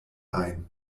ein